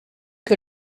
que